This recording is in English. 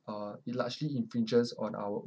uh it largely infringes on our